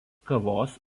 kavos